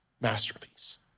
masterpiece